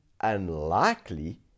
unlikely